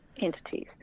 entities